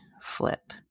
flip